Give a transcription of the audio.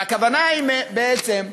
והכוונה היא בעצם,